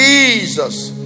Jesus